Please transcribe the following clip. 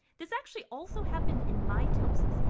this actually also happened in mitosis.